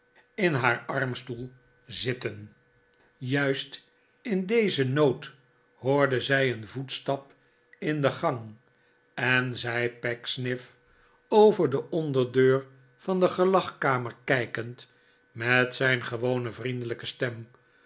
in haar armmaarten chuzzlewit stoel zitten juist in dezen nood hoorde zij een voetstap in de gang en zei pecksniff over de onderdeur van de gelagkamer kijkend met zijn gewone vriendelijke stem